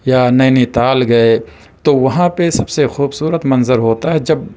یا نینی تال گئے تو وہاں پہ سب سے خوبصورت منظر ہوتا ہے جب